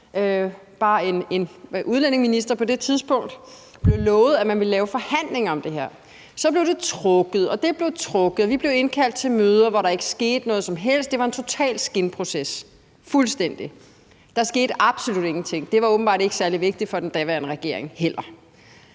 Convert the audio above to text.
bare udlændingeminister på det tidspunkt, at man ville lave forhandlinger om det her. Så blev det trukket, og det blev trukket, og vi blev indkaldt til møder, hvor der ikke skete noget som helst. Det var en total skinproces, fuldstændig. Der skete absolut ingenting. Det var åbenbart ikke særlig vigtigt for den daværende regering heller.